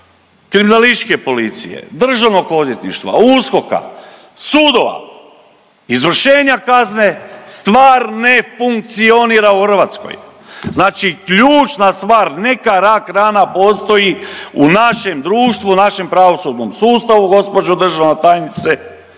Kriminalističke policije, DORH-a, USKOK-a, sudova izvršenja kazne stvar ne funkcionira u Hrvatskoj. Znači ključna stvar neka rak rana postoji u našem društvu u našem pravosudnom sustavu, gospođo državna tajnice